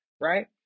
right